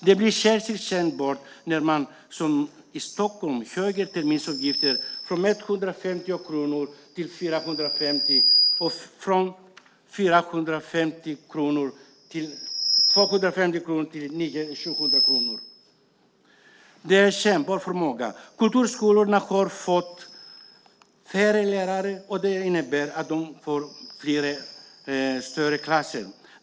Det blir särskilt kännbart när man i Stockholm höjer terminsavgiften från 150 kronor till 450 kronor och från 250 kronor till 700 kronor. Det är kännbart för många. Kulturskolorna har fått färre lärare, och det innebär att de får större klasser.